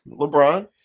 LeBron